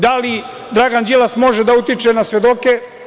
Da li Dragan Đilas može da utiče na svedoke?